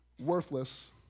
worthless